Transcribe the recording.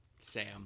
sam